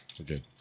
okay